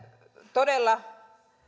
todella